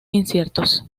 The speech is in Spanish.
inciertos